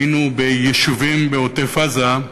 והיינו ביישובים בעוטף-עזה.